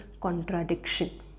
contradiction